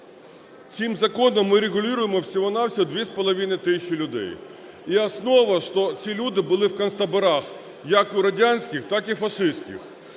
цим законом ми регулюємо всього-на-всього дві з половиною тисячі людей. І основа, що ці люди були в концтаборах, як в радянських, так і фашистських